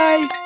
Bye